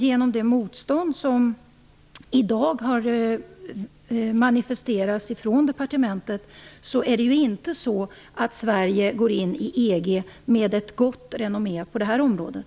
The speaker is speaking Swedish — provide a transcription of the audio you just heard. Genom det motstånd som i dag har manifesterats från departementet går ju inte Sverige in i EG med ett gott renommé på det här området.